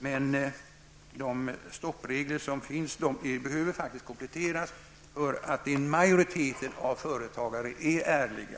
Befintliga stoppregler behöver faktiskt kompletteras, därför att majoriteten av alla företagare är ärliga.